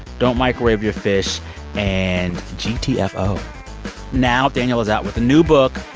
don't microwave your fish and gtfo now daniel is out with a new book,